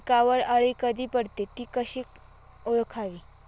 पिकावर अळी कधी पडते, ति कशी ओळखावी?